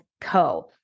Co